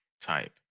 type